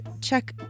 check